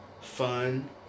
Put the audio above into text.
fun